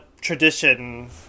tradition